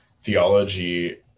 theology